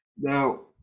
Now